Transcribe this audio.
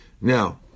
Now